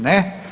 Ne.